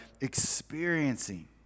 experiencing